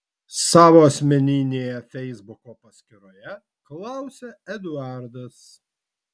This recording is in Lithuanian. savo asmeninėje feisbuko paskyroje klausia eduardas